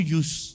use